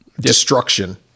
destruction